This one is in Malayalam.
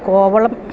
കോവളം